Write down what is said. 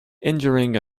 injuring